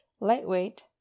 lightweight